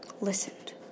Listened